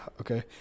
Okay